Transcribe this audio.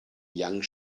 young